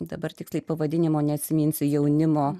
dabar tiktai pavadinimo neatsiminsiu jaunimo